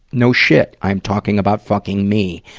no shit! i'm talking about fucking me.